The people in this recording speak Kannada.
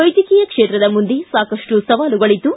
ವೈದ್ಯಕೀಯ ಕ್ಷೇತ್ರದ ಮುಂದೆ ಸಾಕಷ್ಟು ಸವಾಲುಗಳಿದ್ದು